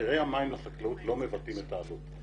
מחירי המים לחקלאות לא מבטאים את העלות.